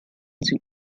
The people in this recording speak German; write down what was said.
sie